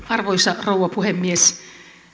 arvoisa rouva puhemies